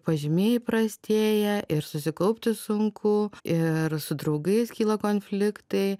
pažymiai prastėja ir susikaupti sunku ir su draugais kyla konfliktai